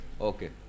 Okay